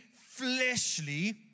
fleshly